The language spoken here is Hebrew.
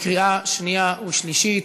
קריאה שנייה ושלישית.